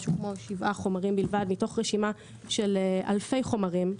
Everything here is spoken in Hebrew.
משהו כמו שבעה חומרים בלבד מתוך רשימה של אלפי חומרים.